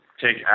take